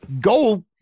Go